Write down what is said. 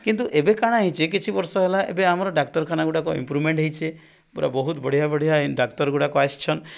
କିନ୍ତୁ ଏବେ କ'ଣ ହୋଇଛି କିଛି ବର୍ଷ ହେଲା ଏବେ ଆମ ଡାକ୍ତରଖାନାଗୁଡ଼ାକ ଇମ୍ପ୍ରୁଭମେଣ୍ଟ ହୋଇଛି ପୁରା ବହୁତ ବଢ଼ିଆ ବଢ଼ିଆ ଡାକ୍ତରଗୁଡ଼ାକ ଆସିଛନ୍ତି